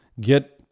get